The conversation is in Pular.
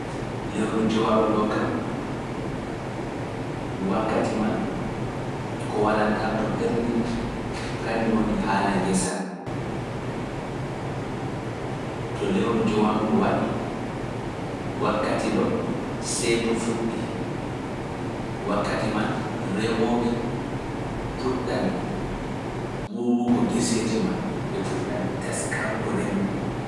Lewru jowaɓu ɗo kam, wakkati man, ko waɗantam to ɓernde, kanjum woni haala ngesa. To lewru jowamru waɗi, wakkati ɗo see to fuɗɗi, wakkati man remoɓe puɗɗan wuwugo geseeji maɓɓe, ɓe puɗɗan teskango remugo.